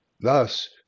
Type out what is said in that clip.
Thus